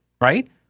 right